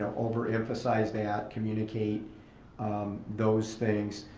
over-emphasize that, communicate um those things.